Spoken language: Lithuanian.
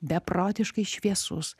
beprotiškai šviesus